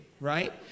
Right